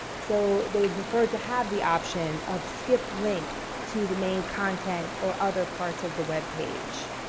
so they prefer to have the option of skip link to the main content or other parts of the webpage.